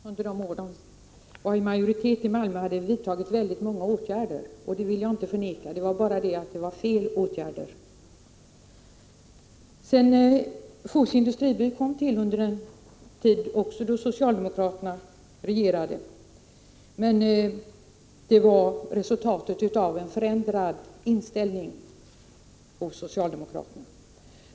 Herr talman! Kurt Ove Johansson sade att socialdemokraterna vidtog 29 maj 1986 många åtgärder under de år de var i majoritet i Malmö, och det vill jag inte förneka. Det är bara det att det var fel åtgärder. Fosie industriby kom till under den tid då socialdemokraterna regerade. Men den var resultatet av en förändrad inställning hos socialdemokraterna.